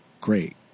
great